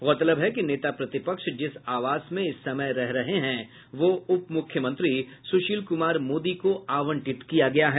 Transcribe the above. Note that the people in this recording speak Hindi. गौरतलब है कि नेता प्रतिपक्ष जिस आवास में इस समय रह रहे हैं वह उप मुख्यमंत्री सुशील कुमार मोदी को आवंटित किया गया है